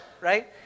right